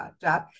job